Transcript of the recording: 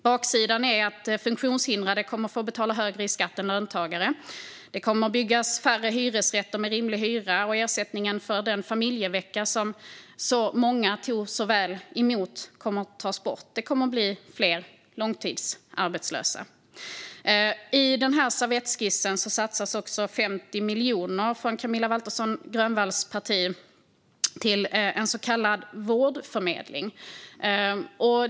Baksidan är att funktionshindrade kommer att få betala högre skatt än löntagare, att det kommer att byggas färre hyresrätter med rimliga hyror och att ersättningen för den familjevecka som togs så väl emot av många tas bort. Fler kommer också att bli långtidsarbetslösa. I servettskissen satsar Camilla Waltersson Grönvalls parti 50 miljoner på en så kallad vårdförmedling.